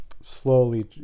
slowly